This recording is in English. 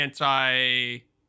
anti